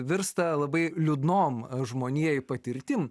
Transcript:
virsta labai liūdnom žmonijai patirtim